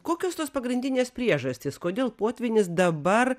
kokios tos pagrindinės priežastys kodėl potvynis dabar